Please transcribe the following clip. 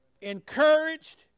encouraged